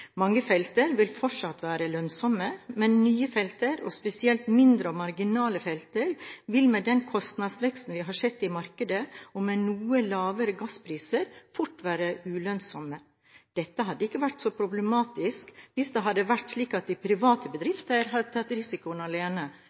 Mange felt vil fortsatt være lønnsomme, men nye felt – spesielt mindre og marginale felt – vil med den kostnadsveksten vi har sett i markedet og med noe lavere gasspriser, fort være ulønnsomme. Dette hadde ikke vært så problematisk hvis det hadde vært slik at de private bedriftene hadde tatt risikoen alene.